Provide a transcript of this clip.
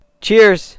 Cheers